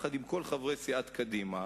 עם כל חברי סיעת קדימה,